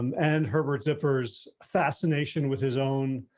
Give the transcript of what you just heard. um and herbert zippers fascination with his own